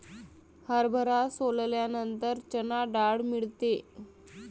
हरभरा सोलल्यानंतर चणा डाळ मिळते